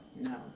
No